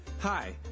Hi